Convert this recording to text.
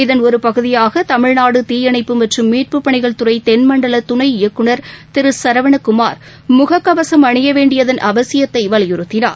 இதன் ஒருபகுதியாக தமிழ்நாடுதீயணைப்பு மற்றும் மீட்புப்பணிகள் துறைதென் மண்டலதுணை இயக்குனர் திருசரவணகுமார் முகக்கவசம் அணியவேண்டியதன் அவசியத்தைவலியுறுத்தினார்